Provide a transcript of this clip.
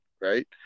right